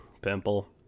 Pimple